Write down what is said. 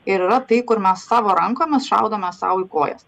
ir yra tai kur mes savo rankomis šaudome sau į kojas